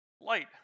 light